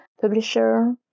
publisher